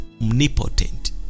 omnipotent